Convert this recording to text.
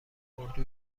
اردو